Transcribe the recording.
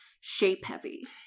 shape-heavy